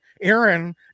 Aaron